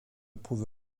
prouve